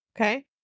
Okay